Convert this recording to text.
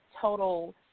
total